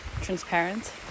Transparent